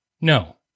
No